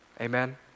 Amen